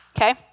Okay